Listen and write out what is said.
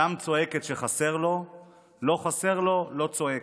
"אדם צועק את שחסר לו --- לא חסר לו, לא צועק".